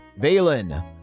Valen